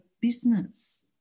business